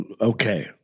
okay